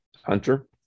Hunter